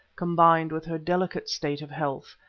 combined with her delicate state of health,